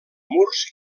murs